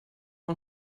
man